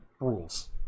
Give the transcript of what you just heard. rules